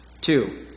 Two